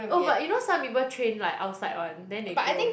oh but you know some people train like outside one then they go